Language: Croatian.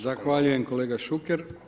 Zahvaljujem kolega Šuker.